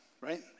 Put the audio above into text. right